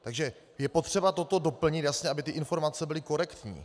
Takže je potřeba toto doplnit jasně, aby ty informace byly korektní.